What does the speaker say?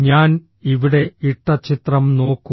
ഞാൻ ഇവിടെ ഇട്ട ചിത്രം നോക്കൂ